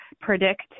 predict